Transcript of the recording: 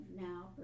now